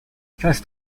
first